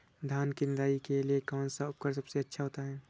धान की निदाई के लिए कौन सा उपकरण सबसे अच्छा होता है?